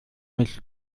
mit